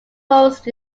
roads